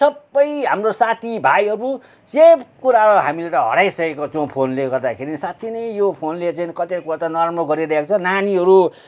सबै हाम्रो साथी भाइहरू सबकुरा हामीले त हराइसकेको छौँ फोनले गर्दाखेरि नि साँच्ची नै यो फोनले चाहिँ कतिवटा कुरा त नराम्रो गरिरहेको छ नानीहरू